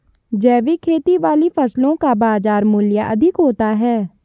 जैविक खेती वाली फसलों का बाजार मूल्य अधिक होता है